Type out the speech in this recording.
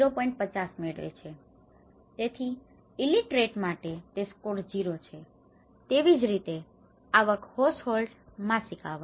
50 મેળવે છે તેથી ઇલિટરેટ માટે તે સ્કોર 0 છે તેવી જ રીતે આવક હાઉસહોલ્ડ માસિક આવક